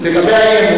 לגבי האי-אמון,